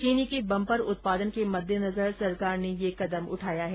चीनी के बंपर उत्पादन के मददेनजर सरकार ने यह कदम उठाया है